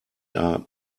are